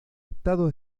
estado